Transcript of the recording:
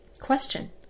Question